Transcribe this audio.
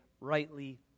rightly